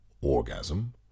orgasm